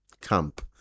camp